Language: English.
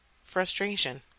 frustration